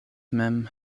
mem